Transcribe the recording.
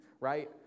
right